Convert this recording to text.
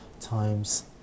times